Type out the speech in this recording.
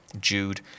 Jude